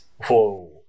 Whoa